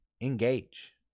engage